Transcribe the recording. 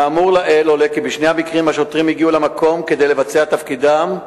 מהאמור לעיל עולה כי בשני המקרים השוטרים הגיעו למקום כדי לבצע תפקידם,